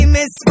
Miss